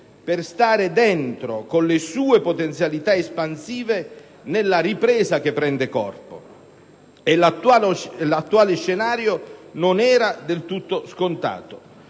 per stare dentro, con le sue potenzialità espansive, alla ripresa che prende corpo. E l'attuale scenario non era del tutto scontato.